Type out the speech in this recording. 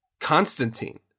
Constantine